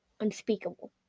Unspeakable